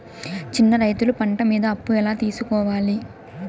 చిన్న రైతులు పంట మీద అప్పు ఎలా తీసుకోవాలి?